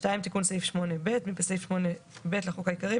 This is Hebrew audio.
תיקון סעיף 8ב 2. בסעיף 8ב לחוק העיקרי,